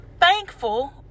thankful